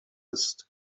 ist